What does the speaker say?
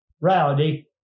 Rowdy